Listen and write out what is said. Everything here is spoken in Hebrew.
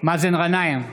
מאזן גנאים,